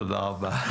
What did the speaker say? תודה רבה.